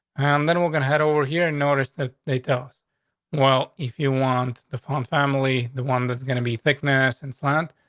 and then we're gonna head over here and noticed that they tell us well, if you want the phone family, the one that's gonna be thickness and slant,